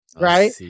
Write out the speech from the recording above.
right